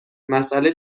مسئله